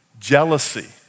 Jealousy